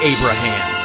Abraham